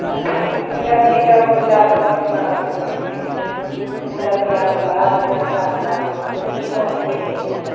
आओर फूल आओरके गाछी तऽ गुलाब आओर कतना रङ्गके होइ छै ने गुलबिआ गुलाब उजरका गुलाब ओसबके तऽ ठाढ़िए लगै छै